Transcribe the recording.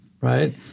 right